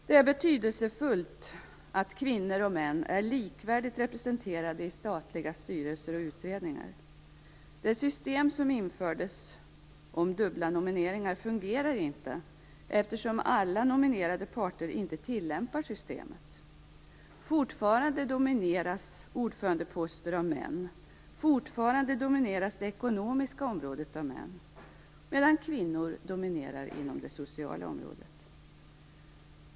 Det är betydelsefullt att kvinnor och män är likvärdigt representerade i statliga styrelser och utredningar. Det system som införts med dubbla nomineringar fungerar inte eftersom alla nominerande parter inte tillämpar systemet. Fortfarande domineras ordförandeposterna av män, fortfarande domineras det ekonomiska området av män, medan kvinnor dominerar inom det sociala området.